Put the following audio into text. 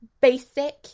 Basic